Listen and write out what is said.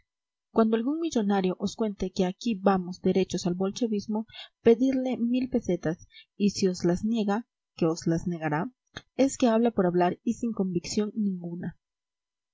cuando algún millonario os cuente que aquí vamos derechos al bolchevismo pedidle mil pesetas y si os las niega que os las negará es que habla por hablar y sin convicción ninguna